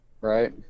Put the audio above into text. right